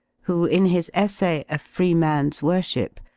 who in his essay, a free man's worship,